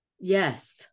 Yes